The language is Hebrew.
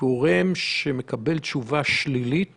גורם שמקבל תשובה שלילית